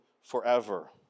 forever